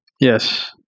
Yes